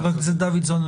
חה"כ דוידסון,